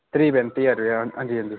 त्रीह् पैंती ज्हार रपेआ हां जी हां जी